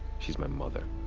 she's my mother.